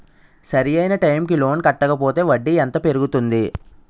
సరి అయినా టైం కి లోన్ కట్టకపోతే వడ్డీ ఎంత పెరుగుతుంది?